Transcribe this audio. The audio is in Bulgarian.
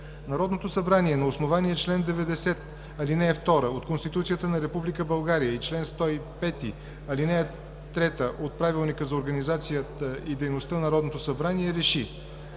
Народното събрание на основание чл. 90, ал. 2 от Конституцията на Република България и чл. 105, ал. 1 от Правилника за организацията и дейността на Народното събрание РЕШИ: